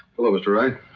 hello, mr. wright.